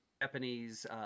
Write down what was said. Japanese